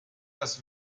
das